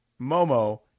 Momo